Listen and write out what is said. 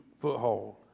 foothold